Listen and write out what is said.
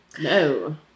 no